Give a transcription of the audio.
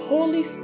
Holy